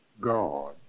God